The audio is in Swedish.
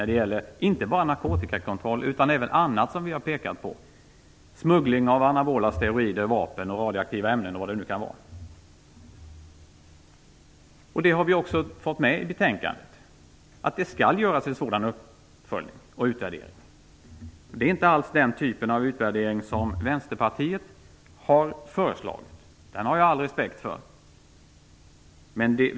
Det gäller då inte bara narkotikakontroll utan även annan kontroll som vi har pekat på - Vi har också fått med i betänkandet att det skall göras en sådan uppföljning och utvärdering. Det är inte alls den typen av utvärdering som Vänsterpartiet har föreslagit. Den har jag all respekt för.